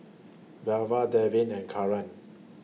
Belva Devin and Karan